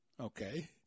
Okay